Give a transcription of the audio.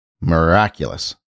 miraculous